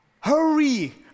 Hurry